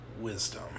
wisdom